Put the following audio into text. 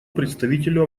представителю